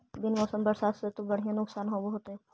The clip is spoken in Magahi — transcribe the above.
बिन मौसम बरसतबा से तो बढ़िया नुक्सान होब होतै?